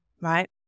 right